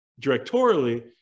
directorially